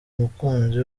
mukunzi